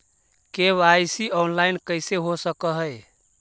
KYC online कैसे हो सक है?